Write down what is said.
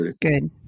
good